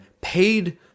paid